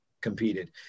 competed